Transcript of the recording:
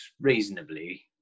reasonably